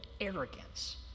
arrogance